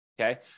Okay